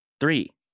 Three